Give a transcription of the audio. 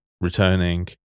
returning